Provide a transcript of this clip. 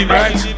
right